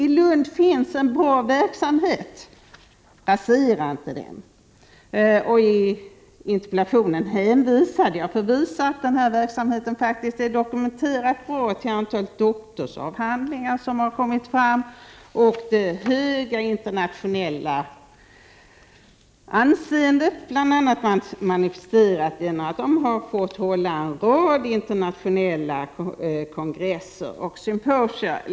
I Lund finns en bra verksamhet. Rasera inte den. För att visa att denna verksamhet faktiskt är dokumenterat bra, hänvisade jag i min interpellation till antalet doktorsavhandlingar som har gjorts och det höga internationella anseendet. Detta internationella anseende har manifesterats genom att Lund har fått hålla en rad internationella kongresser och symposier.